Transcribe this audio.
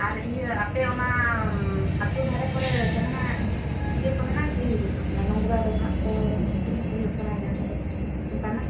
ᱟᱨ ᱤᱭᱟᱹ ᱟᱯᱮ ᱚᱱᱟ ᱟᱹᱛᱩ ᱫᱷᱟᱨᱮ ᱠᱚᱨᱮᱫ ᱡᱟᱦᱟᱸᱱᱟᱜ ᱤᱭᱟᱹ ᱠᱚ ᱢᱮᱱᱟᱜᱼᱟ ᱠᱤ ᱱᱚᱝᱨᱟ ᱰᱚᱵᱷᱟᱜ ᱠᱚ ᱥᱤᱠᱲᱤᱡ ᱠᱚ ᱦᱩᱭᱩᱜ ᱛᱟᱦᱮᱸᱫ ᱡᱟᱦᱟᱸ ᱠᱚᱨᱮᱫ ᱚᱱᱠᱟᱱᱟᱜ